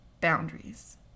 boundaries